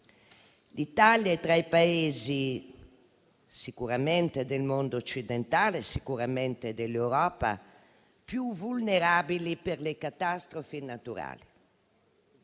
L'Italia è tra i Paesi, sicuramente del mondo occidentale e dell'Europa, più vulnerabili per le catastrofi naturali.